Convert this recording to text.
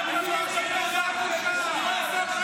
לך הם צועקים "בושה".